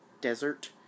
desert